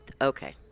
Okay